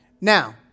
now